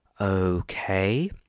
Okay